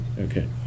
Okay